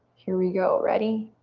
here we go, ready?